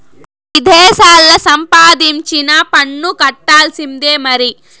విదేశాల్లా సంపాదించినా పన్ను కట్టాల్సిందే మరి